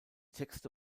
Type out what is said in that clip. texte